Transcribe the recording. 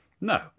No